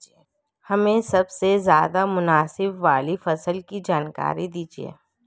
हमें सबसे ज़्यादा मुनाफे वाली फसल की जानकारी दीजिए